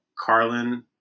carlin